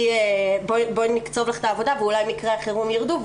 בואי נקצוב לך את העבודה ואולי מקרי החירום יירדו,